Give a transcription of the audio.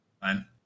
Fine